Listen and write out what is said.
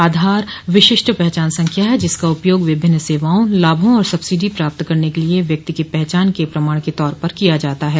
आधार विशिष्ट पहचान संख्या है जिसका उपयोग विभिन्न सेवाओं लाभों और सब्सिडी प्राप्त करने के लिए व्यक्ति की पहचान के प्रमाण के तौर पर किया जाता है